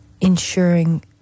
ensuring